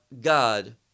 God